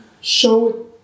show